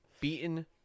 beaten